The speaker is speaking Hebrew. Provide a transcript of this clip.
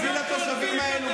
בשביל התושבים האלה,